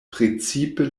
precipe